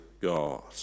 God